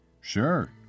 Sure